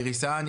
איריס האן.